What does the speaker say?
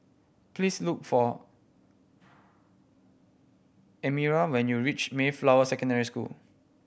please look for Elmyra when you reach Mayflower Secondary School